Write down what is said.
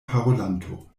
parolanto